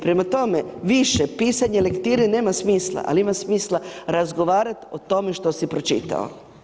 Prema tome, više pisanje lektire nema smisla, ali ima smisla razgovarat o tome što si pročitao.